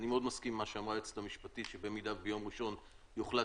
אני מאוד מסכים עם מה שאמרה היועצת המשפטית שבמידה שביום ראשון יוחלט